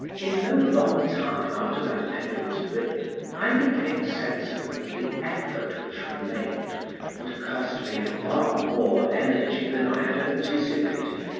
in no long time after that paper was written i became sensible that the effort which remained would cost me far more energy than i had anticipated,